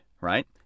right